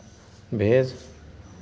भेज